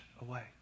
away